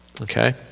Okay